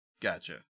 Gotcha